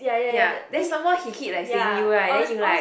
ya then some more he keep like saying you right then you like